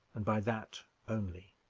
and by that only.